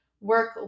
work